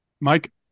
Mike